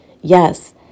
Yes